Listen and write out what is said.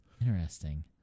Interesting